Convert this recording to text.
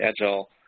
agile